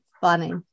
funny